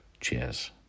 Cheers